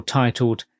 titled